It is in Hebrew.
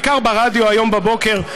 בעיקר ברדיו היום בבוקר,